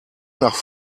nach